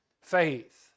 Faith